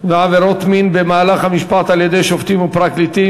ועבירות מין במהלך המשפט על-ידי שופטים ופרקליטים,